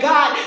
God